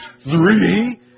Three